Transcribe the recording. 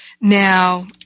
Now